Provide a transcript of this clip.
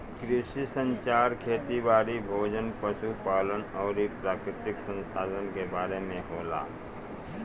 कृषि संचार खेती बारी, भोजन, पशु पालन अउरी प्राकृतिक संसधान के बारे में होला